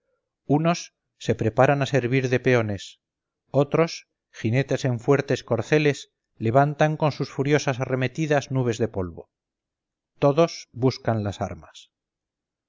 unos se preparan a servir de peones otros jinetes en fuertes corceles levantan con sus furiosas arremetidas nubes de polvo todos buscan armas